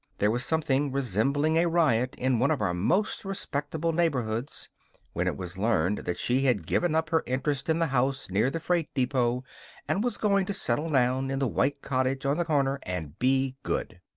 there was something resembling a riot in one of our most respectable neighborhoods when it was learned that she had given up her interest in the house near the freight depot and was going to settle down in the white cottage on the corner and be good.